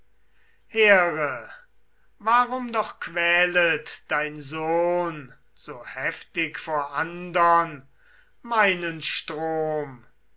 here warum doch quälet dein sohn so heftig vor andern als sie